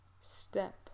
step